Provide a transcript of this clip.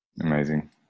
Amazing